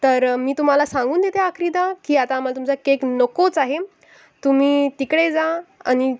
तर मी तुम्हाला सांगून देते आखरीदा की आता आम्हाला तुमचा केक नकोच आहे तुम्ही तिकडे जा आणि